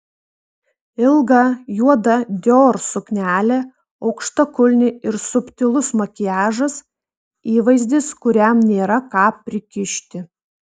ilga juoda dior suknelė aukštakulniai ir subtilus makiažas įvaizdis kuriam nėra ką prikišti